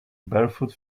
barefoot